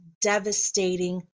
devastating